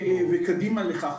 וקדימה לכך,